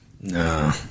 No